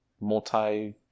multi